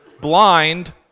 blind